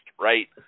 right